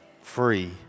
Free